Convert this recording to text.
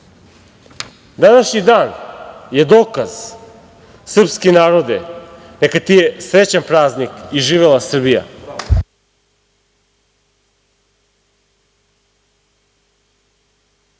Današnji dan je dokaz. Srpski narode, neka ti je srećan praznik i živela Srbija!